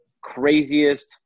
craziest